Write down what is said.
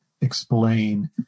Explain